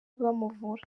bamuvura